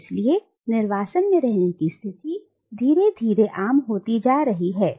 और इसलिए निर्वासन में रहने की स्थिति धीरे धीरे आम होती जा रही है